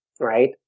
right